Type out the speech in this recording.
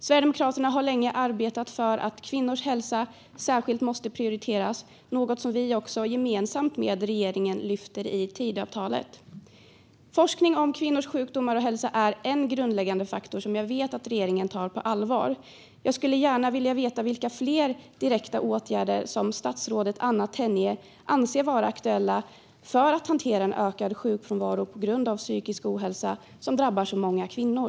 Sverigedemokraterna har länge arbetat för att kvinnors hälsa särskilt måste prioriteras, något vi gemensamt med regeringen lyfter fram i Tidöavtalet. Forskning om kvinnors sjukdomar och hälsa är en grundläggande faktor som jag vet att regeringen tar på allvar. Jag skulle gärna vilja veta vilka fler direkta åtgärder som statsrådet Anna Tenje anser vara aktuella för att hantera en ökad sjukfrånvaro på grund av psykisk ohälsa, vilket drabbar många kvinnor.